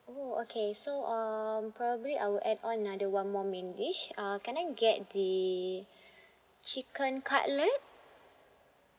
oh okay so um probably I will add on another one more main dish uh can I get the chicken cutlet